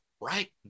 right